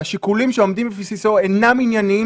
שהשיקולים שעומדים בבסיסו אינם ענייניים